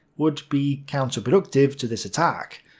would be counterproductive to this attack.